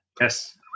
Yes